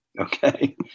okay